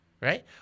right